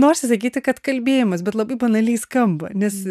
norisi sakyti kad kalbėjimas bet labai banaliai skamba nes